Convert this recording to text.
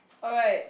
alright